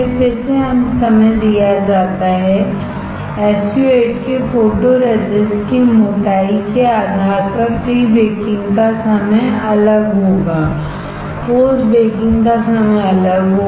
फिर से समय दिया जाता है SU 8 के फोटोरेजिस्ट की मोटाई के आधार पर प्री बेकिंग का समय अलग होगा पोस्ट बेकिंग का समय अलग होगा